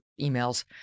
emails